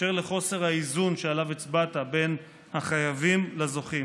אשר לחוסר האיזון שעליו הצבעת בין החייבים לזוכים.